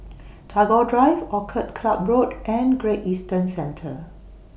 Tagore Drive Orchid Club Road and Great Eastern Centre